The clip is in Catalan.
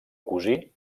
cosí